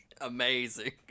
Amazing